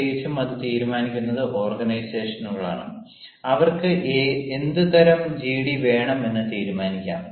പ്രത്യേകിച്ചും അത് തീരുമാനിക്കുന്നത് ഓർഗനൈസേഷനുകളാണ് അവർക്ക് എന്ത് തരം ജിഡി വേണം എന്ന് തീരുമാനിക്കാം